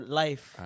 life